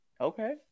Okay